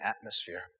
atmosphere